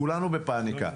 כולנו בפאניקה.